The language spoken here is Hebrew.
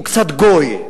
הוא קצת גוי,